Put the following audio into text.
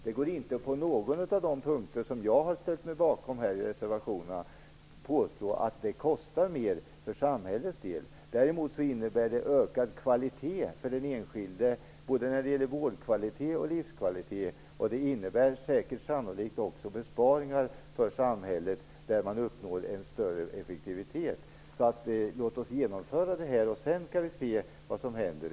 Det går inte på någon av de punkter som jag har ställt mig bakom i reservationerna att påstå att det kostar mer för samhällets del. Däremot innebär det ökad kvalitet för den enskilde, både när det gäller vårdkvalitet och livskvalitet, och det innebär sannolikt också besparingar för samhället där man uppnår en större effektivitet. Låt oss genomföra det här, och sedan kan vi se vad som händer.